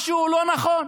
משהו לא נכון.